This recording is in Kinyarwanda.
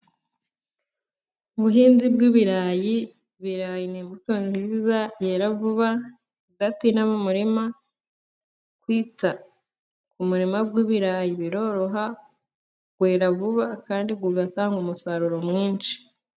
Ubuhinzi bw'ibirayi birarayi nimbuto nziza yera vuba idatinda mu murima, kwita ku murima w'ibirayi biroroha wera vuba, kandi bitanga umusaruro mwinshi.